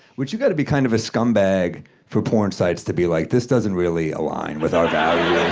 which you gotta be kind of a for porn sites to be like this doesn't really align with our values.